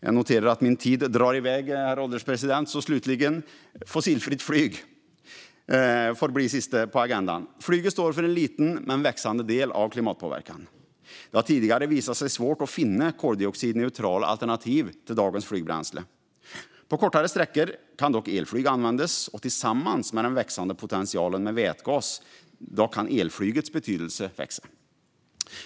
Jag noterar att min talartid drar i väg, herr ålderspresident. Jag ska slutligen tala om fossilfritt flyg. Det får bli det sista på agendan. Flyget står för en liten men växande del av klimatpåverkan. Det har tidigare visat sig svårt att finna koldioxidneutrala alternativ till dagens flygbränsle. På kortare sträckor kan dock elflyg användas, och tillsammans med den växande potentialen med vätgas kan elflygets betydelse växa.